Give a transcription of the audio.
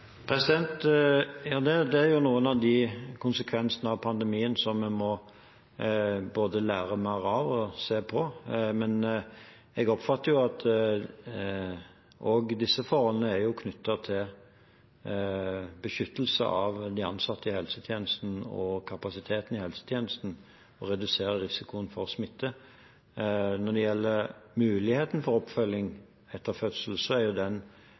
Ja, det er noen av de konsekvensene av pandemien vi må både lære mer av og se på, men jeg oppfatter at også disse forholdene er knyttet til beskyttelse av de ansatte i helsetjenesten og kapasiteten i helsetjenesten og å redusere risikoen for smitte. Når det gjelder muligheten for oppfølging etter fødsel, er den